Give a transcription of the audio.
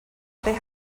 they